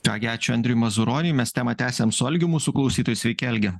ką gi ačiū andriui mazuroniui mes temą tęsiam su algiu mūsų klausytoju sveiki algi